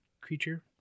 creature